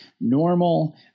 normal